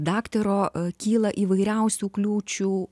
daktaro kyla įvairiausių kliūčių